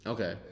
Okay